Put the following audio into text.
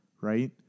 Right